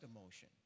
emotion